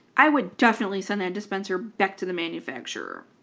i would definitely send that dispenser back to the manufacturer.